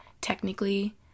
technically